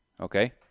okay